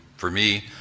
for me,